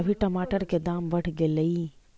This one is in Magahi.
अभी टमाटर के दाम बढ़ गेलइ